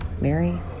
mary